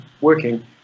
working